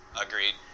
Agreed